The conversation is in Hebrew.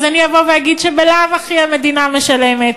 אז אני אבוא ואגיד שבלאו הכי המדינה משלמת.